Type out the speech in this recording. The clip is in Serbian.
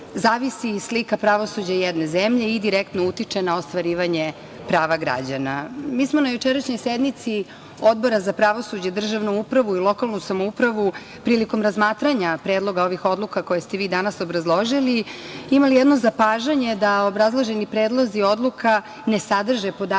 zavisi slika pravosuđa jedne zemlje i direktno utiče na ostvarivanje prava građana. Mi smo na jučerašnjoj sednici Odbora za pravosuđe, državnu upravu i lokalnu samoupravu prilikom razmatranja predloga ovih odluka, koje ste vi danas obrazložili, imali jedno zapažanje da obrazloženi predlozi odluka ne sadrže podatke